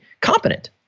competent